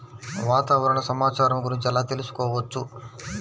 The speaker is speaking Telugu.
వాతావరణ సమాచారము గురించి ఎలా తెలుకుసుకోవచ్చు?